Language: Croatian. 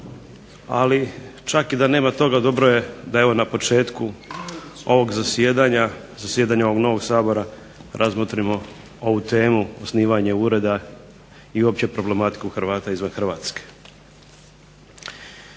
ali čak i da nema toga dobro je da na početku ovog zasjedanja ovog novog Sabora razmotrimo ovu temu osnivanja ureda i uopće problematiku Hrvata izvan Hrvatske.